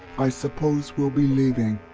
i suppose we'll be leaving.